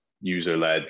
user-led